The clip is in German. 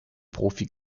profi